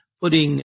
putting